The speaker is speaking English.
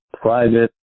private